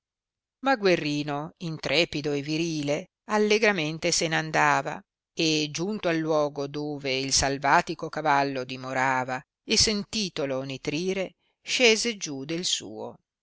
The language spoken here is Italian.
ma guerrino intrepido e virile allegramente se n andava e giunto al luogo dove il salvatico cavallo dimorava e sentitolo nitrire scese giù del suo